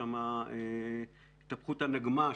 יש שם התהפכות הנגמ"ש,